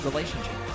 Relationship